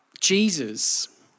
Jesus